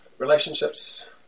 Relationships